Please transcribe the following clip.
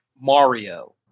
Mario